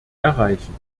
erreichen